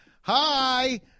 Hi